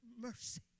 mercy